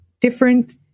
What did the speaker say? different